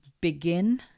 begin